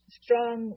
strong